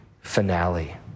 finale